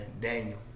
Daniel